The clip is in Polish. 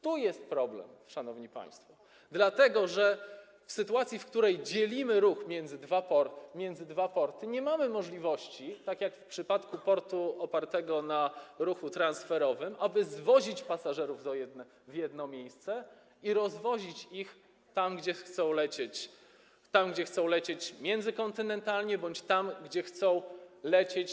Tu jest problem, szanowni państwo, dlatego że w sytuacji, w której dzielimy ruch między dwa porty, nie mamy możliwości, tak jak w przypadku portu opartego na ruchu transferowym, aby zwozić pasażerów w jedno miejsce i rozwozić ich tam, gdzie chcą lecieć - tam, gdzie chcą lecieć międzykontynentalnie, bądź tam, gdzie chcą lecieć.